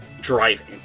driving